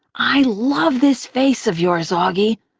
i love this face of yours, auggie,